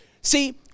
See